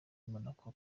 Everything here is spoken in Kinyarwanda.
monaco